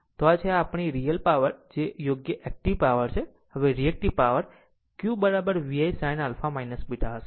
તો આ છે આ આપણી રીયલ પાવર જ યોગ્ય એક્ટીવ પાવર છે હવે reactive power Q VI sin α β હશે